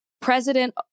president